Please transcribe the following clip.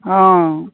हँ